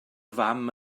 fam